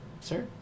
sir